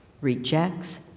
rejects